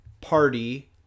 party